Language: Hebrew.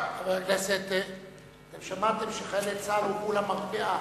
חברי הכנסת, אתם שמעתם שחיילי צה"ל הובאו למרפאה